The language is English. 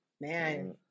Man